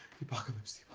the apocalypse,